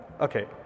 Okay